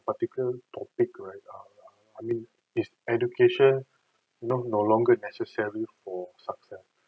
particular topic right now I mean it's education not no longer necessary for success